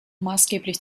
maßgeblich